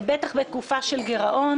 בטח בתקופה של גירעון,